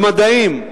במדעים,